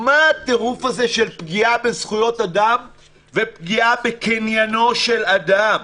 מה הטירוף הזה של פגיעה בזכויות אדם ופגיעה בקניינו של אדם?